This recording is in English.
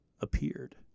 appeared